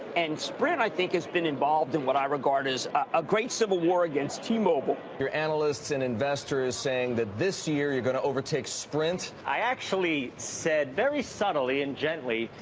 and sprint i think has been involved in what i regard as a great civil war against t-mobile. your analysts and investors saying that this year you're going to overtake sprint. i actually said very subtly and gently,